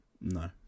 no